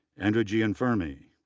andrew gianfermi,